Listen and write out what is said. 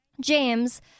James